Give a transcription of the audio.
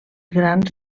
grans